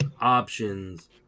options